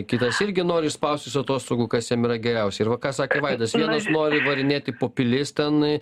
kitas irgi nori išspaust iš atostogų kas jam yra geriausia ir va ką sakė vaidas vienas nori varinėti po pilis ten